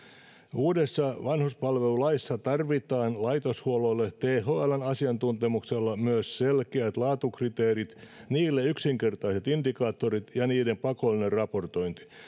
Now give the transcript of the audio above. uudessa vanhuspalvelulaissa tarvitaan laitoshuollolle thln asiantuntemuksella myös selkeät laatukriteerit niille yksinkertaiset indikaattorit ja niiden pakollinen raportointi